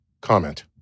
comment